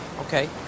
Okay